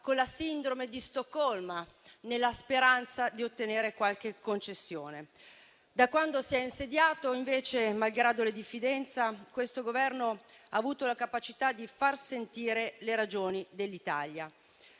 con la sindrome di Stoccolma nella speranza di ottenere qualche concessione. Da quando si è insediato, malgrado la diffidenza, questo Governo invece ha avuto la capacità di far sentire le ragioni dell'Italia.